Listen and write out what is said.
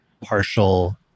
partial